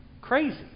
crazy